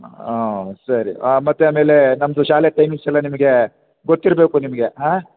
ಆಂ ಸರಿ ಮತ್ತು ಆಮೇಲೆ ನಮ್ಮದು ಶಾಲೆ ಟೈಮಿಂಗ್ಸೆಲ್ಲ ನಿಮಗೆ ಗೊತ್ತಿರಬೇಕು ನಿಮಗೆ ಹಾಂ